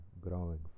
growing